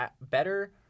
better –